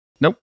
Nope